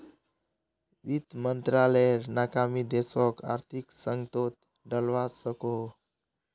वित मंत्रालायेर नाकामी देशोक आर्थिक संकतोत डलवा सकोह